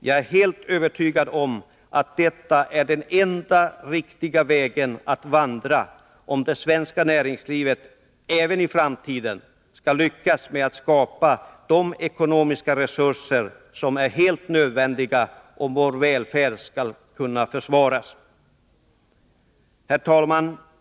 Jag är helt övertygad om att detta är den enda riktiga vägen att vandra om det svenska näringslivet även i framtiden skall lyckas med att skapa de ekonomiska resurser som är helt nödvändiga om vår välfärd skall kunna försvaras. Herr talman!